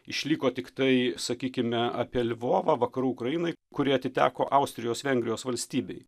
išliko tiktai sakykime apie lvovą vakarų ukrainoj kuri atiteko austrijos vengrijos valstybei